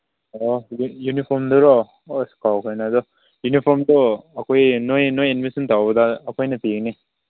ꯑꯣ ꯍꯧꯖꯤꯛ ꯌꯨꯅꯤꯐꯣꯝꯗꯔꯣ ꯑꯁ ꯀꯥꯎꯒ꯭ꯔꯦꯅꯦ ꯑꯗꯨ ꯌꯨꯅꯤꯐꯣꯝꯗꯣ ꯑꯩꯈꯣꯏ ꯅꯣꯏ ꯑꯦꯗꯃꯤꯁꯟ ꯇꯧꯕꯗ ꯑꯩꯈꯣꯏꯅ ꯄꯤꯒꯅꯤ